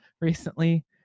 recently